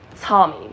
Tommy